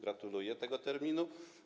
Gratuluję tego terminu.